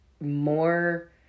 more